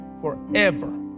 forever